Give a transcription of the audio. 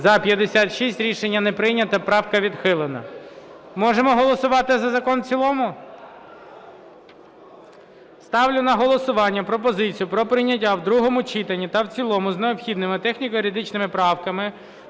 За-56 Рішення не прийнято. Правка відхилена. Можемо голосувати за закон в цілому? Ставлю на голосування пропозицію про прийняття в другому читанні та в цілому з необхідними техніко-юридичними правками